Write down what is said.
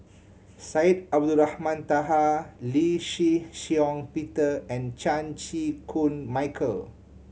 Syed Abdulrahman Taha Lee Shih Shiong Peter and Chan Chew Koon Michael